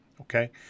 okay